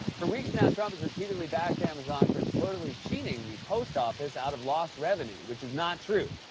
for weeks, now, trump has repeatedly bashed amazon for supposedly cheating the post office out of lost revenue, which is not true.